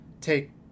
take